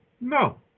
No